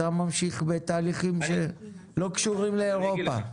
אתה ממשיך בתהליכים שלא קשורים לאירופה.